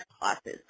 classes